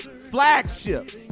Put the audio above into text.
flagship